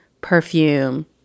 perfume